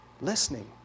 Listening